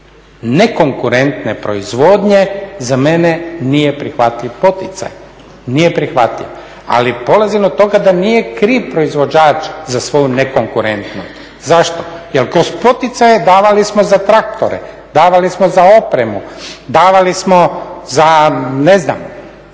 nekonkurentne proizvodnje za mene nije prihvatljiv poticaj. Ali polazim od toga da nije kriv proizvođač za svoju nekonkurentnost. Zašto? Jer kroz poticaje davali smo za traktore, davali smo za opremu, davali smo za ne znam